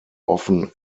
often